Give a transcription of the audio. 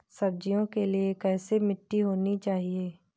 सब्जियों के लिए कैसी मिट्टी होनी चाहिए?